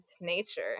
nature